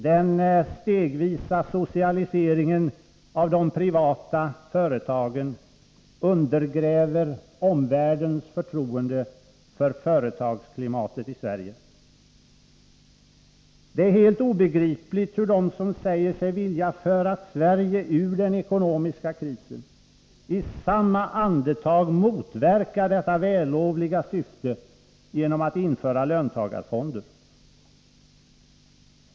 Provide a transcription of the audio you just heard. Den stegvisa socialiseringen av de privata företagen undergräver omvärldens förtroende för företagsklimatet i Sverige. Det är helt obegripligt hur de som säger sig vilja föra Sverige ur den ekonomiska krisen i samma andetag motverkar detta vällovliga syfte genom att införa löntagarfonder.